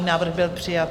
Návrh byl přijat.